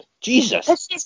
Jesus